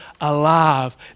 alive